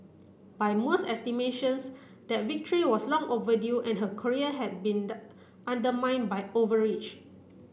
by most estimations that victory was long overdue and her career had been undermine by overreach